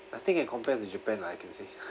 I think I compared to japan lah I can say